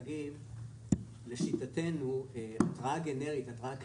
לומר שלשיטתנו התראה גנרית, התראה כללית,